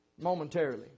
momentarily